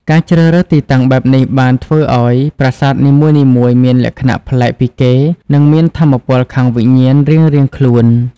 ការជ្រើសរើសទីតាំងបែបនេះបានធ្វើឲ្យប្រាសាទនីមួយៗមានលក្ខណៈប្លែកពីគេនិងមានថាមពលខាងវិញ្ញាណរៀងៗខ្លួន។